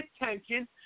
attention